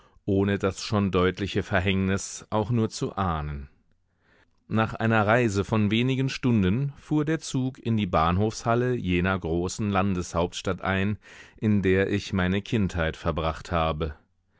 ohne das schon deutliche verhängnis auch nur zu ahnen nach einer reise von wenigen stunden fuhr der zug in die bahnhofshalle jener großen landeshauptstadt ein in der ich meine kindheit verbracht habe